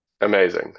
Amazing